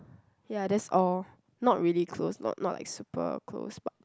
ya that's all not really close not not like super close but